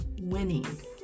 winning